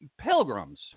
pilgrims